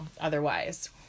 otherwise